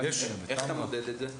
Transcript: איך אתה מודד את זה?